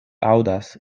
aŭdas